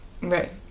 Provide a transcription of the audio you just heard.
right